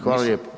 Hvala lijepo.